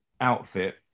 outfit